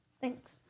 Thanks